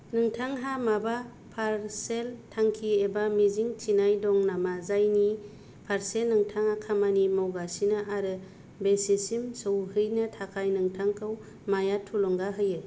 नोंथांहा माबा फारसेल थांखि एबा मिजिंथिनाय दं नामा जायनि फारसे नोंथाङा खामानि मावगासिनो आरो बेसेसिम सहैनो थाखाय नोंथांखौ माया थुलुंगा होयो